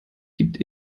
gibt